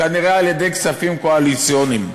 כנראה על-ידי כספים קואליציוניים.